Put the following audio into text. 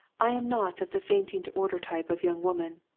i am not of the fainting-to-order type of young woman.